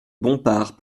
bompard